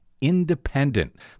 independent